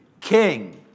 king